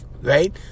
Right